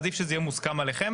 עדיף שזה יהיה מוסכם עליכם.